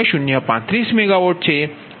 0035 MW છે